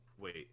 wait